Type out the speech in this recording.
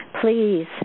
please